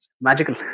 Magical